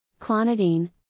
Clonidine